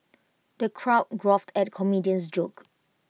the crowd guffawed at the comedian's jokes